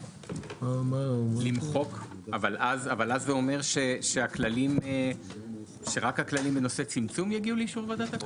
אבל אז זה אומר שרק הכללים בנושא צמצום יגיעו לאישור ועדת הכלכלה?